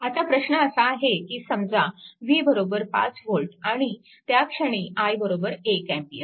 आता प्रश्न असा आहे की समजा v 5 V आणि त्या क्षणी i 1 A